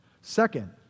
Second